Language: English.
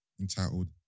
entitled